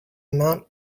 mount